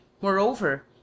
Moreover